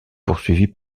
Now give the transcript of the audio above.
poursuivie